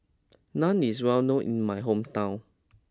Naan is well known in my hometown